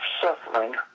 suffering